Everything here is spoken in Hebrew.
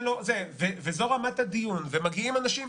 לו --- וזו רמת הדיון ומגיעים אנשים,